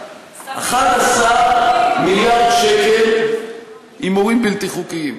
11 מיליארד שקל הימורים בלתי חוקיים,